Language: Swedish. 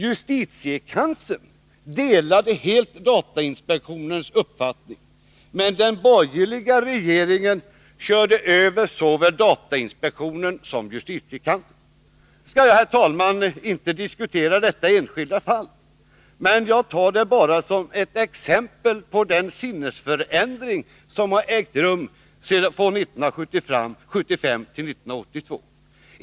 Justitiekanslern delade helt datainspektionens uppfattning, men den borgerliga regeringen körde över såväl datainspektionen som justitiekanslern. Nu skall jag, herr talman, inte diskutera detta enskilda fall; jag tar det bara som exempel på den sinnesförändring som har ägt rum från 1975 till 1982.